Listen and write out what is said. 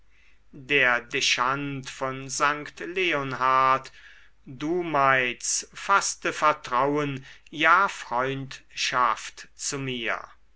der dechant von st leonhard dumeiz faßte vertrauen ja freundschaft zu mir